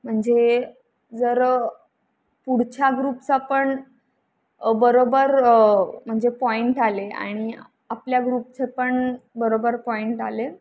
म्हणजे जर पुढच्या ग्रुपचा पण बरोबर म्हणजे पॉईंट आले आणि आपल्या ग्रुपचे पण बरोबर पॉइंट आले